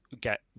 get